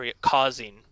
causing